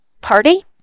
party